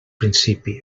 principi